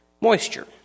moisture